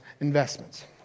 investments